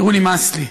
תראו, נמאס לי.